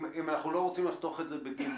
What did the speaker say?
אם אנחנו לא רוצים לחתוך את זה בגיל,